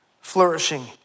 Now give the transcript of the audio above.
flourishing